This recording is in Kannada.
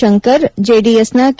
ಶಂಕರ್ ಜೆಡಿಎಸ್ನ ಕೆ